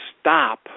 stop